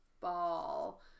ball